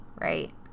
right